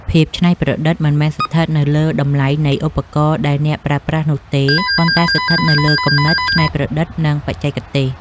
ភាពច្នៃប្រឌិតមិនមែនស្ថិតនៅលើតម្លៃនៃឧបករណ៍ដែលអ្នកប្រើប្រាស់នោះទេ ប៉ុន្តែស្ថិតនៅលើគំនិតច្នៃប្រឌិត និង បច្ចេកទេស។